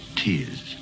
tears